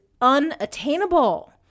unattainable